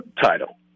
title